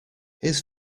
his